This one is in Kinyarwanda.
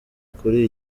kuri